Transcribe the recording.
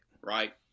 Right